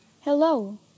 Hello